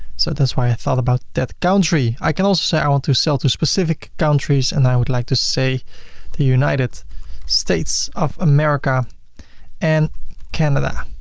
so that's why i thought about that country. i can also say i want to sell to specific countries and i would like to say the united states of america and canada.